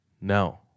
no